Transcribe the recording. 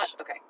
Okay